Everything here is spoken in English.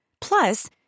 Plus